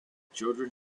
children